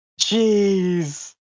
Jeez